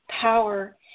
power